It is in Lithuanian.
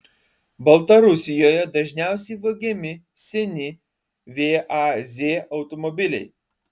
baltarusijoje dažniausiai vagiami seni vaz automobiliai